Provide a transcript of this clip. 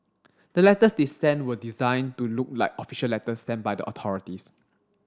the letters they sent were designed to look like official letters sent by the authorities